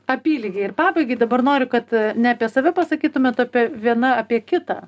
apylygiai ir pabaigai dabar noriu kad ne apie save pasakytumėt o apie viena apie kitą